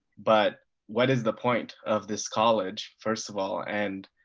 but what is the point of this college, first of all, and,